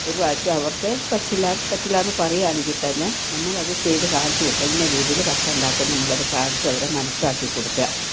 ഒരു പക്ഷേ അവർക്ക് പറ്റില്ലയെന്ന് പറ്റില്ലയെന്ന് പറയുകയാണെങ്കിൽ തന്നെ നമ്മൾ അത് ചെയ്തു കാണിച്ച് കൊടുക്കുക ഇന്ന രീതിയിൽ ഭക്ഷണം ഉണ്ടാക്കാം നമ്മൾ അത് കാണിച്ച് അവരെ മനസ്സിലാക്കി കൊടുക്കുക